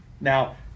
Now